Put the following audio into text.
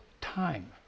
time